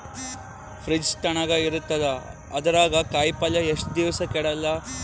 Fridge ತಣಗ ಇರತದ, ಅದರಾಗ ಕಾಯಿಪಲ್ಯ ಎಷ್ಟ ದಿವ್ಸ ಕೆಡಲ್ಲ?